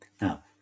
Now